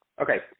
Okay